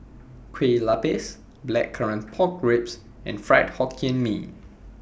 Kueh Lapis Blackcurrant Pork Ribs and Fried Hokkien Mee